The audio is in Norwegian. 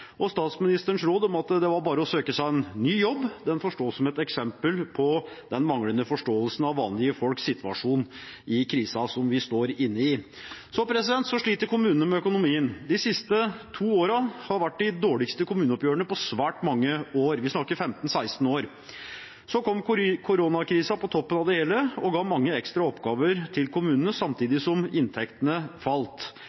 krisen. Statsministerens råd om at det bare var å søke seg en ny jobb, får stå som et eksempel på den manglende forståelsen for vanlige folks situasjon i krisen som vi står i. Kommunene sliter med økonomien. De siste to årene har vært de dårligste kommuneoppgjørene på svært mange år – vi snakker 15–16 år. Så kom koronakrisen på toppen av det hele og ga mange ekstra oppgaver til